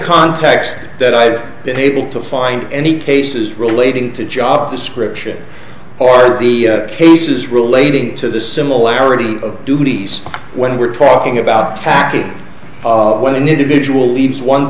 context that i have been able to find any cases relating to job description are the cases relating to the similarity of duties when we're talking about acting when an individual leaves one